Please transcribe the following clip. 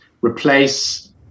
replace